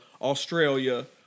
Australia